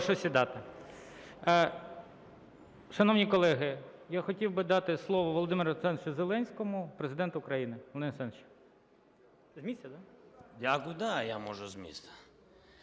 Дякую. Да, я можу з місця.